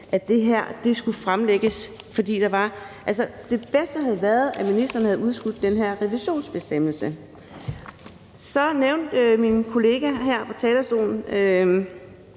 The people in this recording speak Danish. at det her skulle fremsættes. Det bedste havde været, at ministeren havde udskudt den her revisionsbestemmelse. Kl. 11:39 Så nævnte min kollega her på talerstolen